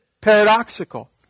paradoxical